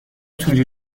توری